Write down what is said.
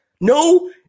No